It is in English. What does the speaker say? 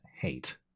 hate